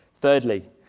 Thirdly